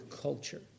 culture